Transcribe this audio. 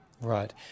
Right